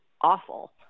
awful